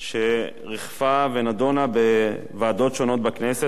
שריחפה ונדונה בוועדות שונות בכנסת